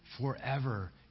forever